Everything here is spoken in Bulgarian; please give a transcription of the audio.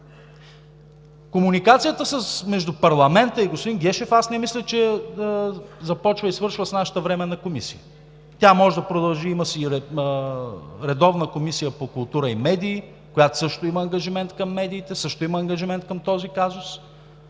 Комуникацията между парламента и господин Гешев не мисля, че започва и свършва с нашата временна комисия. Тя може да продължи. Има Комисия по културата и медиите, която също има ангажимент към медиите, също има ангажимент към този казус.